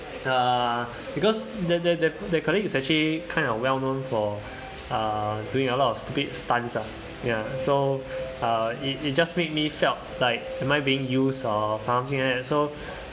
ah because the the the that colleague is actually kind of well known for uh doing a lot of stupid stunts lah ya so uh it it just made me felt like am I being used or something like that so